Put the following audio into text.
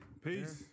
Peace